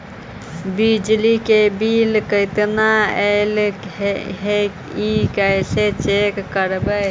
बिजली के बिल केतना ऐले हे इ कैसे चेक करबइ?